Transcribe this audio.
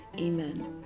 amen